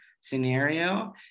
scenario